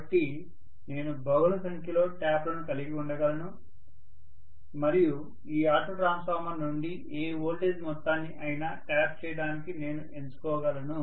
కాబట్టి నేను బహుళ సంఖ్యలో ట్యాప్లను కలిగి ఉండగలను మరియు ఈ ఆటో ట్రాన్స్ఫార్మర్ నుండి ఏ వోల్టేజ్ మొత్తాన్ని అయినా ట్యాప్ చేయడానికి నేను ఎంచుకోగలను